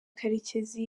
karekezi